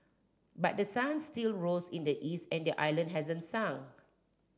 but the sun still rose in the east and the island hasn't sunk